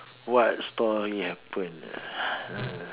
what story happened ah